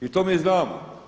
I to mi znamo.